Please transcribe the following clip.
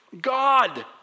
God